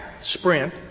Sprint